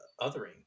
othering